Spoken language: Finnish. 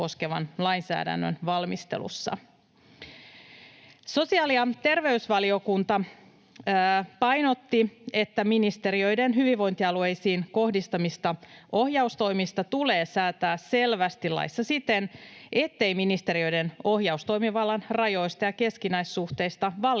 Sosiaali‑ ja terveysvaliokunta painotti, että ministeriöiden hyvinvointialueisiin kohdistamista ohjaustoimista tulee säätää selvästi laissa siten, ettei ministeriöiden ohjaustoimivallan rajoista ja keskinäissuhteista vallitse